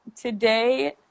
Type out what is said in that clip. today